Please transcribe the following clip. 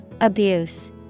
Abuse